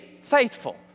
faithful